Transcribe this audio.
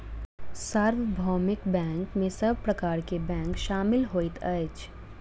सार्वभौमिक बैंक में सब प्रकार के बैंक शामिल होइत अछि